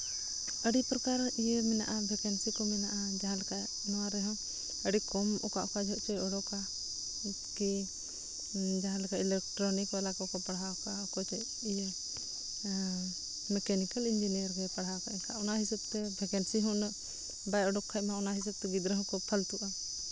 ᱟᱹᱰᱤ ᱯᱨᱚᱠᱟᱨ ᱤᱭᱟᱹ ᱢᱮᱱᱟᱜᱼᱟ ᱵᱷᱮᱠᱮᱱᱥᱤ ᱠᱚ ᱢᱮᱱᱟᱜᱼᱟ ᱡᱟᱦᱟᱸ ᱞᱮᱠᱟ ᱱᱚᱣᱟ ᱨᱮᱦᱚᱸ ᱟᱹᱰᱤ ᱠᱚᱢ ᱚᱠᱟ ᱚᱠᱟ ᱡᱚᱦᱚᱜ ᱪᱚᱭ ᱚᱰᱚᱠᱟ ᱠᱤ ᱡᱟᱦᱟᱸ ᱞᱮᱠᱟ ᱤᱞᱮᱴᱨᱚᱱᱤᱠ ᱵᱟᱞᱟ ᱠᱚᱠᱚ ᱯᱟᱲᱦᱟᱣ ᱠᱚᱜᱼᱟ ᱚᱠᱚᱭ ᱪᱚ ᱢᱮᱠᱟᱱᱤᱠᱮᱞ ᱤᱧᱡᱤᱱᱤᱭᱟᱨ ᱜᱮ ᱯᱟᱲᱦᱟᱣ ᱠᱟᱜ ᱠᱷᱟᱱ ᱚᱱᱟ ᱦᱤᱥᱟᱹᱵᱽᱛᱮ ᱵᱷᱮᱠᱮᱱᱥᱤ ᱦᱚᱸ ᱩᱱᱟᱹᱜ ᱵᱟᱭ ᱚᱰᱳᱠ ᱠᱷᱟᱱ ᱢᱟ ᱚᱱᱟ ᱦᱤᱥᱟᱹᱵᱽᱛᱮ ᱜᱤᱫᱽᱨᱟᱹ ᱦᱚᱠᱚ ᱯᱷᱟᱹᱞᱛᱩᱜᱼᱟ